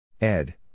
Ed